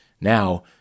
Now